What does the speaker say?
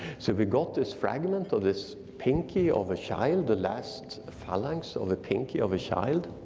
so we got this fragment of this pinky of a child, the last phalanx of the pinky of a child,